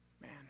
Man